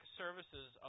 services